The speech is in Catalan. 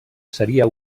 seria